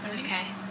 Okay